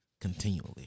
continually